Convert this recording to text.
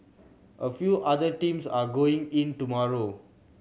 a few other teams are going in tomorrow